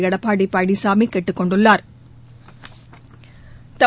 எடப்பாடி பழனிசாமி கேட்டுக் கொண்டுள்ளாா்